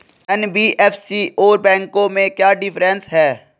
NBFC और बैंकों में क्या डिफरेंस है?